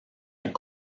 est